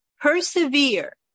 Persevere